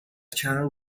channel